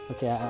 Okay